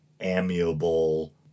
amiable